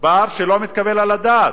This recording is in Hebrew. פער שלא מתקבל על הדעת.